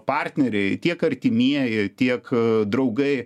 partneriai tiek artimieji tiek draugai